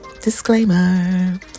disclaimer